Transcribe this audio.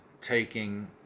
taking